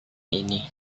ini